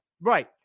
Right